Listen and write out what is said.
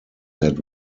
had